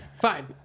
Fine